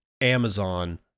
Amazon